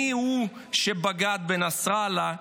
מיהו שבגד בנסראללה,